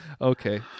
Okay